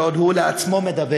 / בעוד הוא לעצמו מדבר,